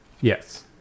Yes